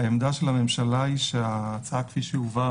העמדה של הממשלה היא שההצעה כפי שהובאה